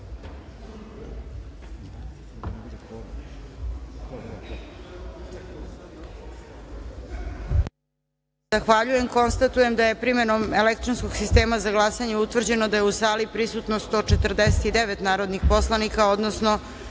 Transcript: za glasanje. Konstatujem da je primenom elektronskog sistema za glasanje utvrđeno da je u sali prisutno 149 narodnih poslanika, odnosno